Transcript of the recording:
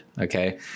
Okay